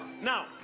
Now